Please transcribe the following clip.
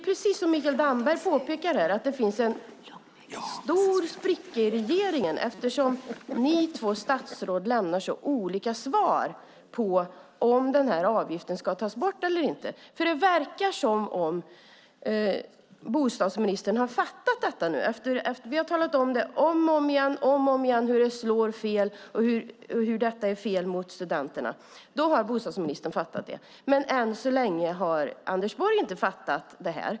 Precis som Mikael Damberg påpekar finns det en stor spricka i regeringen eftersom ni två statsråd lämnar så olika svar på frågan om den här avgiften ska tas bort eller inte. Det verkar som om bostadsministern har fattat detta nu. Vi har om och om igen talat om hur det slår fel och hur detta är fel mot studenterna. Nu har bostadsministern fattat det. Men än så länge har Anders Borg inte fattat det här.